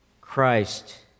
Christ